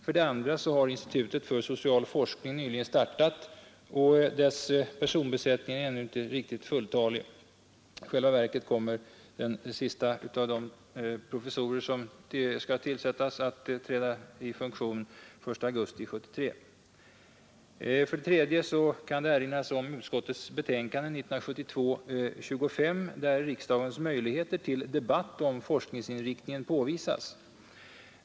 För det andra har institutet för social forskning nyligen startat, och dess personbesättning är ännu inte fulltalig. I själva verket kommer den siste av de professorer som har tillsatts att träda i funktion den 1 augusti 1973. För det tredje kan det erinras om utskottets betänkande nr 25 år 1972, där riksdagens möjligheter till debatt om forskningsinriktningen påvisas.